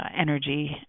energy